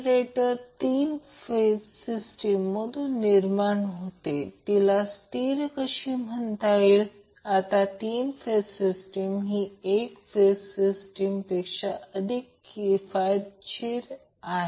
variable resistance RL आहे असे समजा हा सर्किटसाठी व्होल्टेज सोर्स V0 दिला आहे पोलारिटी चिन्हांकित केली आहे या मधून वाहणारा करंट I आहे